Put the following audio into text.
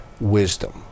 wisdom